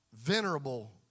Venerable